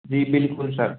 जी बिल्कुल सर